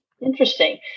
Interesting